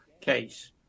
case